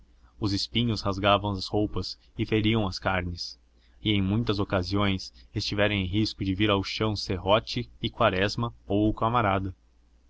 os espinhos rasgavam as roupas e feriam as carnes e em muitas ocasiões estiveram em risco de vir ao chão serrote e quaresma ou o camarada